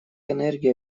энергия